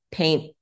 paint